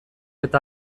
eta